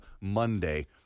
Monday